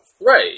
Right